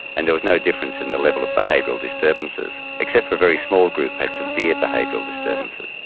and there was no difference in the level of behavioural disturbances except for a very small group had severe behavioural disturbances.